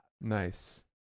Nice